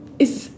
is